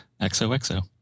XOXO